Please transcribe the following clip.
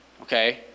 okay